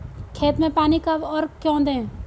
खेत में पानी कब और क्यों दें?